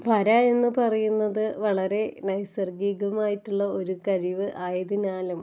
വര എന്ന് പറയുന്നത് വളരെ നൈസര്ഗികമായിട്ടുള്ള ഒരു കഴിവ് ആയതിനാലും